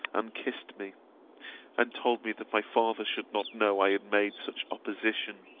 and kissed me and told me that my father should not know i had made such opposition.